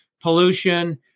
pollution